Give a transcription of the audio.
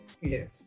Yes